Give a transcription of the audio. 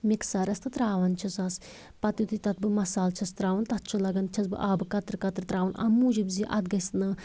مِکسَرَس تہٕ ترٛاوان چھِ سَس پتہٕ یُتھٕے تَتھ بہٕ مصالہ چھَس تراوان تَتھ چھُ لَگان چھَس بہٕ آبہٕ قطرٕ قطرٕ تراوان اَمہِ موجوٗب زِ اَتھ گژھِ نہ